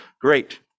Great